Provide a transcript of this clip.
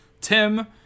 Tim